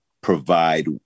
provide